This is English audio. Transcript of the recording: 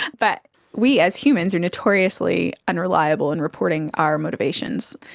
but we as humans are notoriously unreliable in reporting our motivations.